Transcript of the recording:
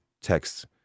texts